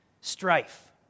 strife